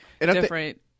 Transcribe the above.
different